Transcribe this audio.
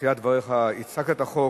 בתחילת דבריך הצגת את החוק,